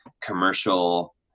commercial